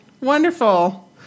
Wonderful